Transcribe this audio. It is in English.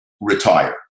retire